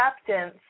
acceptance